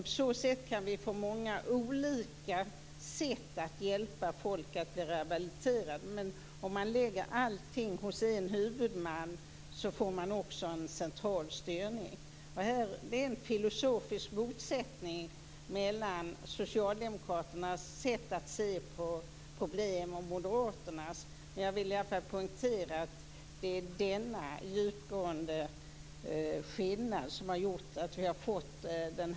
På så sätt kan vi få många olika sätt att hjälpa folk att rehabiliteras. Om allt läggs hos en huvudman blir det en central styrning. Det är en filosofisk motsättning mellan socialdemokraternas och moderaternas sätt att se på problem. Jag vill poängtera att det är denna djupgående skillnad som är anledningen till reservationen.